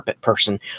person